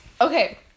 Okay